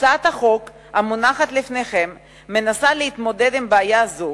הצעת החוק המונחת לפניכם מנסה להתמודד עם בעיה זו